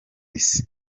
isi